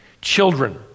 Children